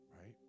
Right